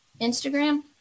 Instagram